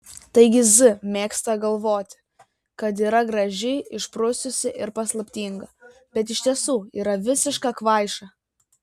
taigi z mėgsta galvoti kad yra graži išprususi ir paslaptinga bet iš tiesų yra visiška kvaiša